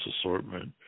assortment